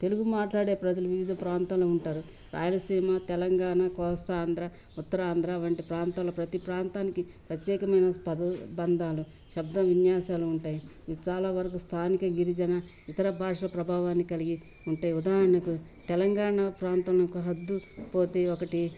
తెలుగు మాట్లాడే ప్రజలు వివిధ ప్రాంతంలో ఉంటారు రాయలసీమ తెలంగాణ కోస్తా ఆంధ్ర ఉత్తర ఆంధ్ర వంటి ప్రాంతాల ప్రతి ప్రాంతానికి ప్రత్యేకమైన పద బంధాలు శబ్ద విన్యాసాలు ఉంటాయి ఇవి చాలా వరకు స్థానిక గిరిజన ఇతర భాష ప్రభావాన్ని కలిగి ఉంటాయి ఉదాహరణకు తెలంగాణ ప్రాంతం యొక్క హద్దు పోతే ఒకటి